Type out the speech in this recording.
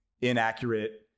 inaccurate-